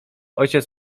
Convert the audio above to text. ojciec